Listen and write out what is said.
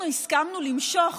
אנחנו הסכמנו למשוך